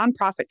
nonprofit